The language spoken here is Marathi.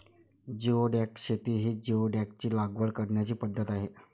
जिओडॅक शेती ही जिओडॅकची लागवड करण्याची पद्धत आहे